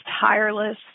tireless